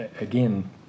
again